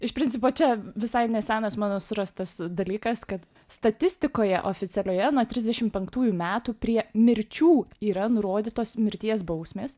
iš principo čia visai nesenas mano surastas dalykas kad statistikoje oficialioje nuo trisdešim penktųjų metų prie mirčių yra nurodytos mirties bausmės